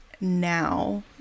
now